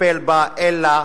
לטפל בה, אלא